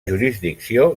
jurisdicció